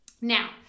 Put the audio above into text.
Now